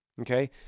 okay